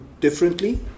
differently